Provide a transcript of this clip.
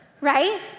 Right